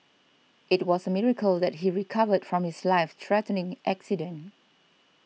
it was miracle that he recovered from his life threatening accident